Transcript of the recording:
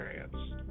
experience